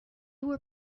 were